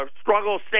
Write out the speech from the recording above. struggle